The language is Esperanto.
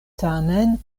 tamen